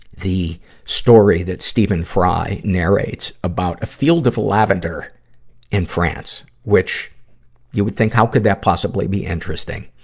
the story that stephen fry narrates about a field of lavender in france, which you would think, how could that possibly be interesting?